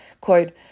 quote